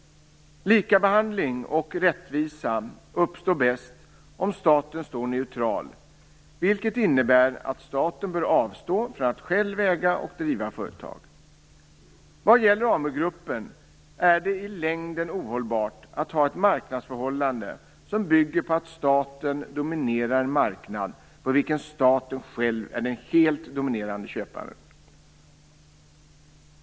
Likabehandling och rättvisa uppstår bäst om staten står neutral, vilket innebär att staten bör avstå från att själv äga och driva företag. Vad gäller AmuGruppen är det i längden ohållbart att ha ett marknadsförhållande som bygger på att staten dominerar en marknad, på vilken staten själv är den helt dominerande köparen.